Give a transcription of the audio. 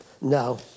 No